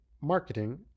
marketing